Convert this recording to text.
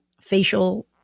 facial